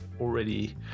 already